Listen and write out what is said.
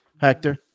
Hector